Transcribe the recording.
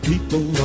People